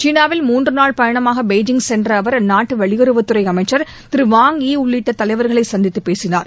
சீனாவில் மூன்று நாள் பயணமாக பெய்ஜிங் சென்ற அவர் அந்நாட்டு வெளியுறவுத்துறை அமைச்சர் திரு வாங் இ உள்ளிட்ட தலைவர்களை சந்தித்துப் பேசினார்